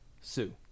Sue